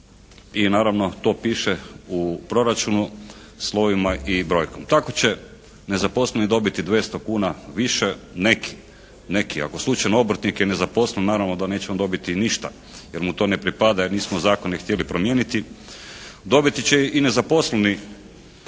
i naravno to piše u proračunu slovima i brojkom. Tako će nezaposleni dobiti 200 kuna više, neki. Ako slučajno obrtnik je nezaposlen, naravno da neće on dobiti ništa, jer mu to ne pripada, jer nismo zakone htjeli promijeniti. Dobiti će i nezaposleni